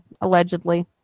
allegedly